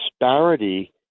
disparity